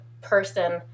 person